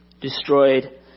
destroyed